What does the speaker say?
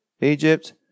Egypt